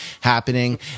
happening